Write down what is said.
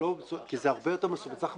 כי זה הרבה יותר מסובך.